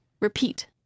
repeat